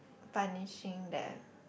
punishing them